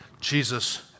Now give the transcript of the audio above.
Jesus